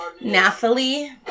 Nathalie